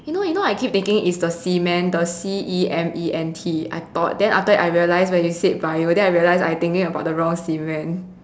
you know you know I keep thinking it's the cement the C E M E N T I thought then after that I realized when you said bio then I realized I thinking about the wrong cement